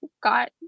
got